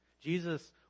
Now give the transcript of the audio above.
Jesus